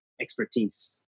expertise